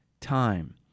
time